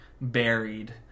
buried